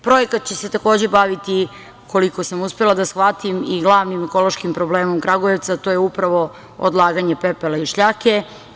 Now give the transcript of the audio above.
Projekat će se takođe baviti, koliko sam uspela da shvatim i glavnim ekološkim problemom Kragujevca, to je upravo odlaganje pepela i šljake.